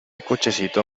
cochecito